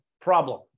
problem